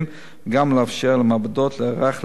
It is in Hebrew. ומאפשר התאמת המינון בלוחות הזמנים הקצרים